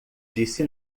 disse